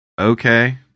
okay